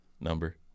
number